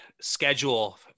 schedule